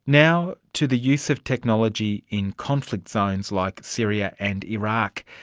now to the use of technology in conflict zones like syria and iraq.